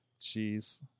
jeez